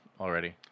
already